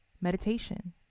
Meditation